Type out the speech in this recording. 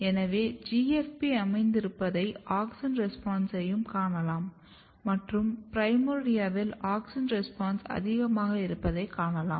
எனவே GFP அமைந்திருப்பதையும் auxin ரெஸ்பான்ஸையும் காணலாம் மற்றும் பிரைமோர்டியாவில் ஆக்ஸின் ரெஸ்பான்ஸ் அதிகமாக இருப்பதைக் காணலாம்